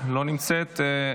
לא נמצאת.